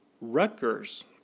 Rutgers